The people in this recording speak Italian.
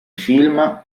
film